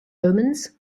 omens